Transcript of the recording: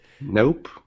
nope